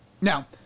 Now